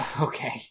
Okay